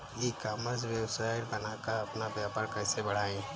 ई commerce website बनाकर अपना व्यापार कैसे बढ़ाएँ?